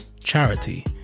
charity